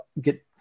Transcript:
get